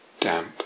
Damp